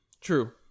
true